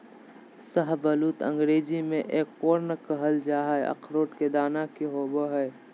शाहबलूत अंग्रेजी में एकोर्न कहल जा हई, अखरोट के दाना के होव हई